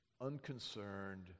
unconcerned